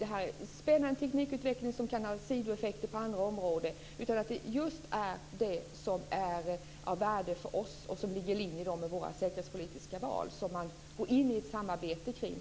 Det kan vara fråga om en spännande teknikutveckling som kan ha sidoeffekter på andra områden. Det ska vara just det som är av värde för oss och som ligger i linje med våra säkerhetspolitiska val som man går in i ett samarbete kring.